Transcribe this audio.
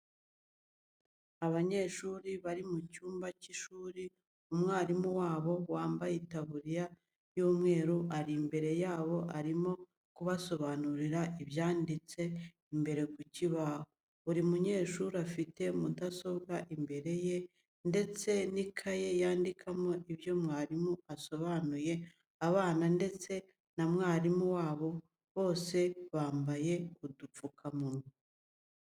Abanyeshuri bari mu cyumba cy'ishuri umwarimu wabo wambaye itaburiya y'umweru ari imbere yabo arimo kubasobanurira ibyanditse imbere ku kibaho, buri munyeshuri afite mudasobwa imbere ye ndetse n'ikaye yandikamo ibyo umwarimu asobanuye abana ndetse na mwarimu wabo bose bambaye udupfukamunwa.